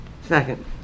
Second